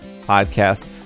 podcast